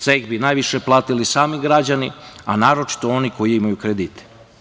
Ceh bi najviše platili sami građani, a naročiti oni koji imaju kredite.